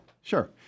Sure